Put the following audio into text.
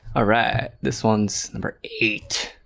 alright, this one's number eight